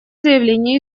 заявление